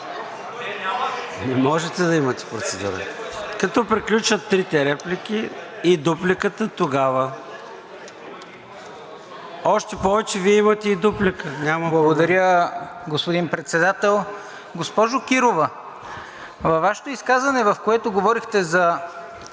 Не можете да имате процедура. Като приключат трите реплики и дупликата, тогава. Още повече, Вие имате и дуплика. ПЕТЪР НИКОЛОВ (ГЕРБ-СДС): Благодаря Ви, господин Председател. Госпожо Кирова, във Вашето изказване, в което говорехте за